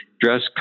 dress